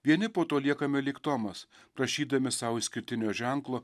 vieni po to liekame lyg tomas prašydami sau išskirtinio ženklo